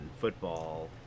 football